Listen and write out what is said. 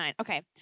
Okay